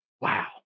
Wow